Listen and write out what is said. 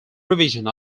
revision